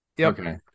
Okay